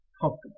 comfortable